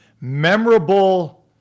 memorable